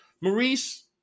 Maurice